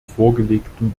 vorgelegten